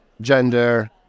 gender